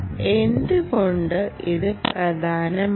എന്തുകൊണ്ട് ഇത് പ്രധാനമാണ്